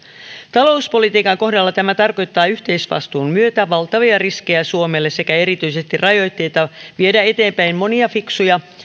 talouspolitiikan kohdalla tämä tarkoittaa yhteisvastuun myötä valtavia riskejä suomelle sekä erityisesti rajoitteita viedä eteenpäin monia fiksuja